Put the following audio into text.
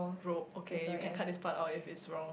rope okay you can cut this part out if it's wrong